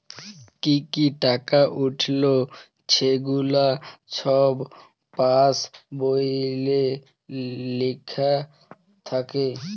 কি কি টাকা উইঠল ছেগুলা ছব পাস্ বইলে লিখ্যা থ্যাকে